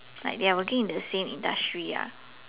like they are working in the same industry lah